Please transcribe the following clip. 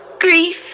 grief